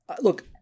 Look